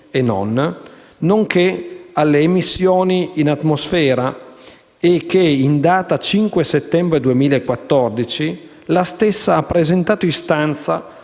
e non, nonché alle emissioni in atmosfera e che, in data 5 settembre 2014, la stessa ha presentato istanza